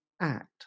act